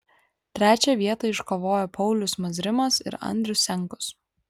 trečią vietą iškovojo paulius mazrimas ir andrius senkus